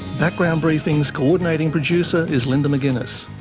background briefing's co-ordinating producer is linda mcginness,